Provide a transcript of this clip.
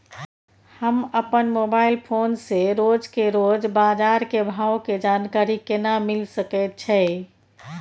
हम अपन mobile phone से रोज के रोज बाजार के भाव के जानकारी केना मिल सके छै?